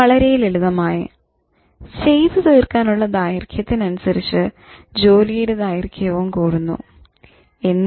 വളരെ ലളിതമാണ് "ചെയ്തു തീർക്കാനുള്ള ദൈർഘ്യത്തിനനുസരിച്ച് ജോലിയുടെ ദൈർഘ്യവും കൂടുന്നു"